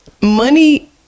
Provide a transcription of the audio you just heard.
money